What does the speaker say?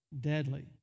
Deadly